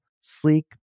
sleek